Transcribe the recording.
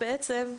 בעצם,